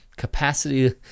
capacity